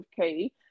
key